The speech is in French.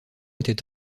était